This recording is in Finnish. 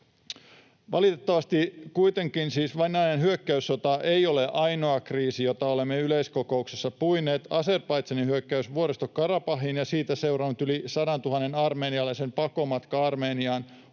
Valitettavasti kuitenkin siis Venäjän hyökkäyssota ei ole ainoa kriisi, jota olemme yleiskokouksessa puineet. Azerbaidžanin hyökkäys Vuoristo-Karabahiin ja siitä seurannut yli 100 000 armenialaisen pakomatka Armeniaan